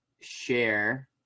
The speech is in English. share